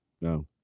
No